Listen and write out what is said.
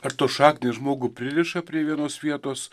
ar tos šaknys žmogų pririša prie vienos vietos